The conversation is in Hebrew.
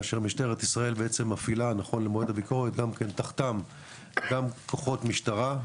כאשר משטרת ישראל בעצם מפעילה נכון למועד הביקורת תחתם גם כוחות משטרה,